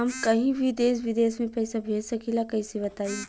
हम कहीं भी देश विदेश में पैसा भेज सकीला कईसे बताई?